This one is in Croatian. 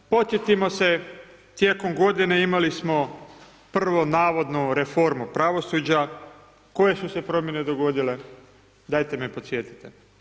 Podsjetimo se tijekom godine imali smo prvu navodnu reformu pravosuđa, koje su se promjene dogodile, dajte me podsjetite?